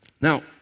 Now